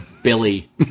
Billy